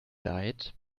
light